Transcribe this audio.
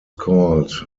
called